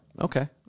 okay